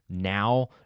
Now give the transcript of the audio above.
now